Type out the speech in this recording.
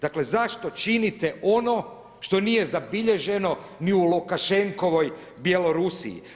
Dakle, zašto činite ono što nije zabilježeno ni u Lukašenkovoj Bjelorusiji?